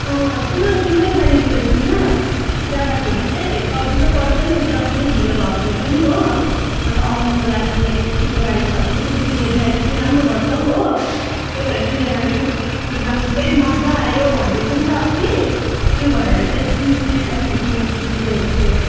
सुन न तिम्रो गाडी लिएर जाऊँ ल जाँदाखेरि चाहिँ सजिलो पर्छ नि जति नै ढिलो भयो भने पनि हो अन्त आउनुको लागि तिम्रो गाडी छ भने फेरि तिमीले ड्राइभ पनि राम्रो गर्छौ हो त्यही भएर सृजनाले पनि तिनजना जानु त्यही मजा आयो भन्दै थियो अन्त अस्ति त्यो भएर चाहिँ जाऊँ भनेर पनि तिमीसँगै गयो भने चाहिँ